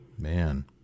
Man